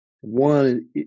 one